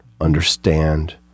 understand